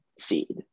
seed